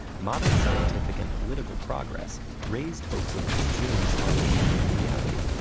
modern scientific and political progress raised hopes of these dreams finally becoming reality.